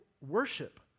worship